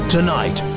Tonight